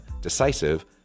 decisive